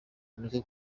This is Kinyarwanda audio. mureke